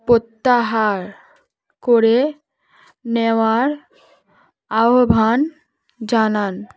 প্রত্যাহার করে নেওয়ার আহ্বান জানান